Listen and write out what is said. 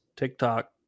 TikTok